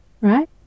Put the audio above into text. right